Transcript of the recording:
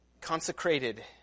Consecrated